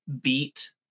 beat